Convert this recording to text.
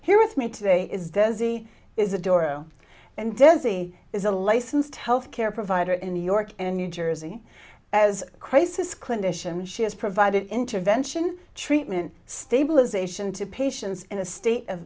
here with me today is desi is a doro and disease is a licensed health care provider in new york and new jersey as chris is clinician and she has provided intervention treatment stabilization to patients in a state of